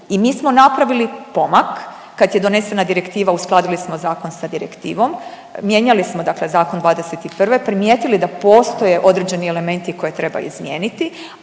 I mi smo napravili pomak kad je donesena direktiva uskladili smo zakon sa direktivom, mijenjali smo zakon '21., primijetili da postoje određeni elementi koje treba izmijeniti,